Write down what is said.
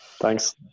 Thanks